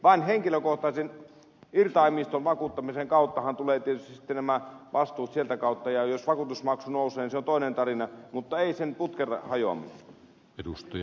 vain henkilökohtaisen irtaimiston vakuuttamisen kauttahan tulee tietysti sitten nämä vastuut ja jos vakuutusmaksu nousee niin se on toinen tarina mutta ei sen putken hajoaminen